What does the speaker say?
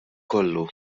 kollu